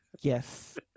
Yes